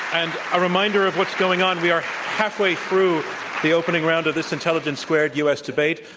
and a reminder of what's going on. we are halfway through the opening round of this intelligence squared u. s. debate.